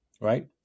right